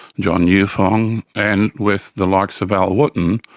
john newfong, and with the likes of al wootten,